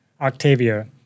Octavia